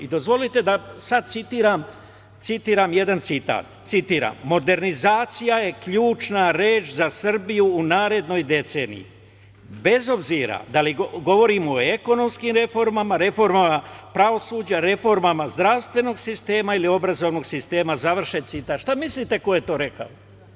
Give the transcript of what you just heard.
Dozvolite da citiram jedan citat „ Modernizacija je ključna reč za Srbiju u narednoj deceniji, bez obzira da li govorimo o ekonomskim reformama, pravosuđa, reformama zdravstvenog sistema, ili reformama obrazovnog sistema.“ Šta mislite ko je to rekao?